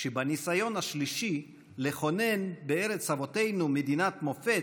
שבניסיון השלישי לכונן בארץ אבותינו מדינת מופת,